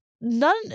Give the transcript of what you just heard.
none